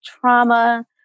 trauma